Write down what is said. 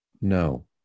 No